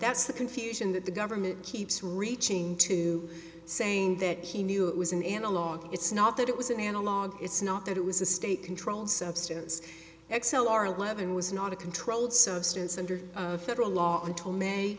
that's the confusion that the government keeps reaching into saying that he knew it was an analog it's not that it was an analogue it's not that it was a state controlled substance xcel are eleven was not a controlled substance under federal law until may